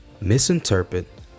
misinterpret